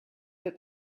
that